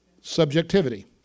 Subjectivity